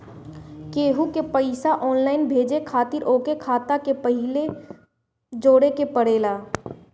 केहू के पईसा ऑनलाइन भेजे खातिर ओकर खाता के पहिले जोड़े के पड़ेला